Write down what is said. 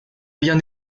bien